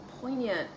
poignant